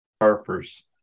Harpers